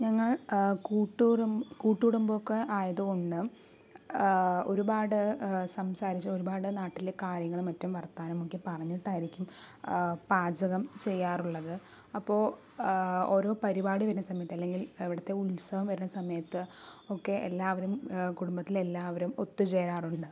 ഞങ്ങൾ കൂട്ടുകുടും കൂട്ടുകുടുംബം ഒക്കെ ആയത്കൊണ്ട് ഒരുപാട് സംസാരിച്ച് ഒരുപാട് നാട്ടിലെ കാര്യങ്ങളും മറ്റും വർത്താനവുമൊക്കെ പറഞ്ഞിട്ടായിരിക്കും പാചകം ചെയ്യാറുള്ളത് അപ്പോൾ ഓരോ പരിപാടി വരുന്ന സമയത്ത് അല്ലെങ്കിൽ അവിടത്തെ ഉത്സവം വരുന്ന സമയത്തു ഒക്കെ എല്ലാവരും കുടുംബത്തിലെ എല്ലാവരും ഒത്തുചേരാറുണ്ട്